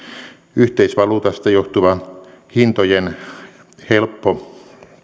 yhteisvaluutasta johtuva hintojen helppo